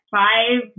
five